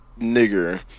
nigger